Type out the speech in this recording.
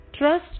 Trust